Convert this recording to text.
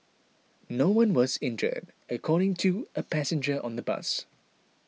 no one was injured according to a passenger on the bus